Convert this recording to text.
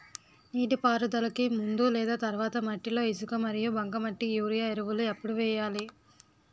నీటిపారుదలకి ముందు లేదా తర్వాత మట్టిలో ఇసుక మరియు బంకమట్టి యూరియా ఎరువులు ఎప్పుడు వేయాలి?